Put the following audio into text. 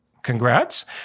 Congrats